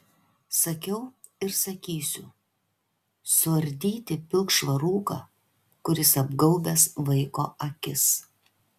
sakiau ir sakysiu suardyti pilkšvą rūką kuris apgaubęs vaiko akis